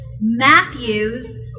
Matthew's